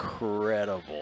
incredible